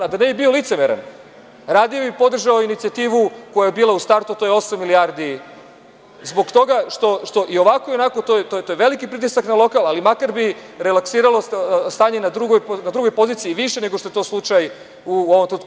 Da ne bih bio licemeran, radije bih podržao inicijativu koja je bila u startu, a to je osam milijardi, zbog toga što i ovako i onako to je veliki pritisak na lokal, ali makar bi relaksiralo stanje na drugoj poziciji više nego što je to slučaj u ovom trenutku.